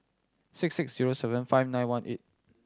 six six zero seven five nine one eight